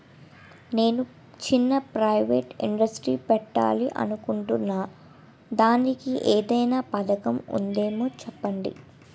నేను చిన్న private industry పెట్టాలి అనుకుంటున్నా దానికి ఏదైనా పథకం ఉందేమో చెప్పండి?